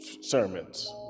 sermons